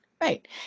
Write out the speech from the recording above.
right